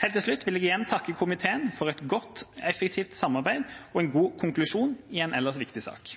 Helt til slutt vil jeg igjen takke komiteen for et godt, effektivt samarbeid og en god konklusjon i en viktig sak.